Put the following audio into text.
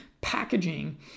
packaging